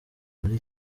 muri